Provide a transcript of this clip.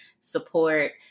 support